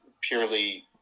purely